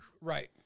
Right